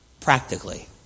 practically